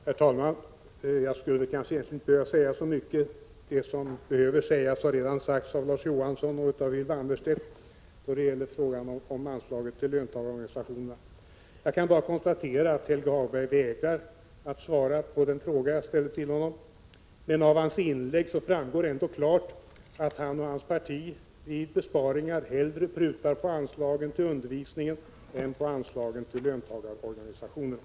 Herr talman! Jag behöver egentligen inte säga så mycket. Det som behöver sägas har redan sagts av Larz Johansson och Ylva Annerstedt då det gäller frågan om anslaget till löntagarorganisationerna. Jag kan bara konstatera att Helge Hagberg vägrar att svara på den fråga jag ställde till honom, men av hans inlägg framgår det ändå klart att han och hans parti vid besparingar hellre prutar på anslagen till undervisningen än på anslagen till löntagarorganisationerna.